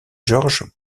george